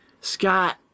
scott